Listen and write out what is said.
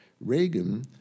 Reagan